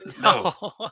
No